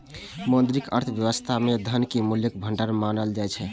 मौद्रिक अर्थव्यवस्था मे धन कें मूल्यक भंडार मानल जाइ छै